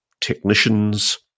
technicians